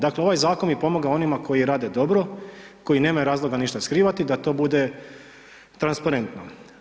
Dakle ovaj zakon bi pomogao onima koji rade dobro, koji nemaju razloga ništa skrivati, da to bude transparentno.